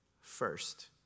first